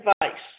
advice